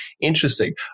Interesting